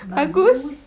bagus